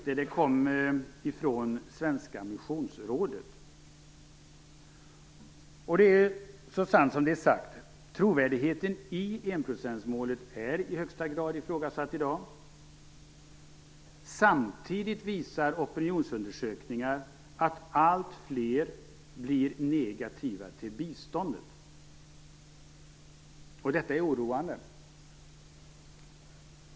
Det kom från Svenska Missionsrådet. Och det är så sant som det är sagt: Trovärdigheten i enprocentsmålet är i högsta grad ifrågasatt i dag. Samtidigt visar opinionsundersökningar att allt fler blir negativa till biståndet. Detta är oroande.